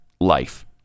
life